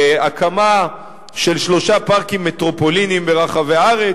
הקמה של שלושה פארקים מטרופוליניים ברחבי הארץ,